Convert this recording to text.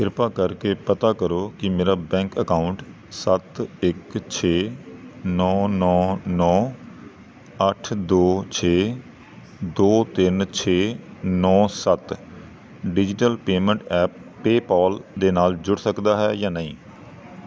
ਕਿਰਪਾ ਕਰਕੇ ਪਤਾ ਕਰੋ ਕਿ ਮੇਰਾ ਬੈਂਕ ਅਕਾਊਂਟ ਸੱਤ ਇੱਕ ਛੇ ਨੌਂ ਨੌਂ ਨੌਂ ਅੱਠ ਦੋ ਛੇ ਦੋ ਤਿੰਨ ਛੇ ਨੌਂ ਸੱਤ ਡਿਜਿਟਲ ਪੇਮੈਂਟ ਐਪ ਪੇਪਾਲ ਦੇ ਨਾਲ ਜੁੜ ਸਕਦਾ ਹੈ ਜਾਂ ਨਹੀਂ